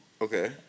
Okay